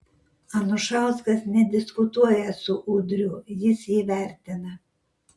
anušauskas nediskutuoja su udriu jis jį vertina